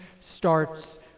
starts